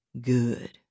Good